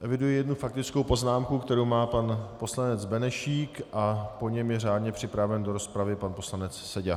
Eviduji jednu faktickou poznámku, kterou má pan poslanec Benešík, a po něm je řádně přihlášen do rozpravy pan poslanec Seďa.